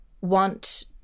want